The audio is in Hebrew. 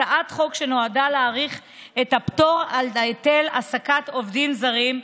הצעת חוק שנועדה להאריך את הפטור על היטל העסקת עובדים זרים.